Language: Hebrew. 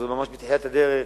זה ממש בתחילת הדרך.